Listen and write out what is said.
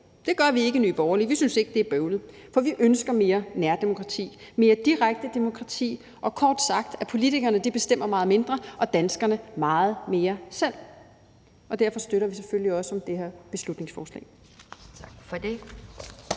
Det gør vi ikke i Nye Borgerlige. Vi synes ikke, det er bøvlet. For vi ønsker mere nærdemokrati, mere direkte demokrati og kort sagt, at politikerne bestemmer meget mindre og danskerne meget mere selv. Derfor støtter vi selvfølgelig også det her beslutningsforslag.